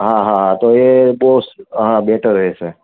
હા હા હા તો એ બોસ હા બેટર રહેશે